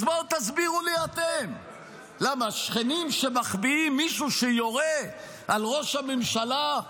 אז בואו תסבירו לי אתם למה שכנים שמחביאים מישהו שיורה על ראש הממשלה,